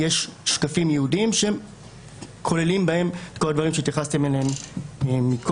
יש שם שקפים ייעודיים שכוללים את כל הדברים שהתייחסתם אליהם קודם.